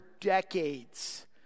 decades